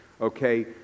Okay